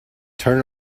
turn